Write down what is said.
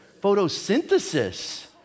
Photosynthesis